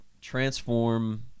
transform